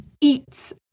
eats